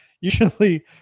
Usually